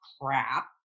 crap